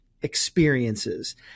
experiences